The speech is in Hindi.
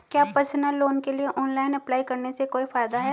क्या पर्सनल लोन के लिए ऑनलाइन अप्लाई करने से कोई फायदा है?